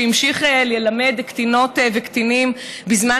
שהמשיך ללמד קטינות וקטינים בזמן